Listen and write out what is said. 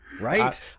Right